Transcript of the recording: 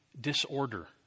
disorder